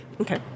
Okay